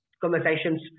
conversations